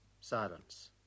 silence